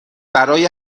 برای